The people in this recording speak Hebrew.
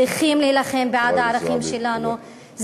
צריכים להילחם בעד הערכים שלנו.